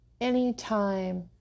anytime